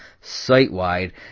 site-wide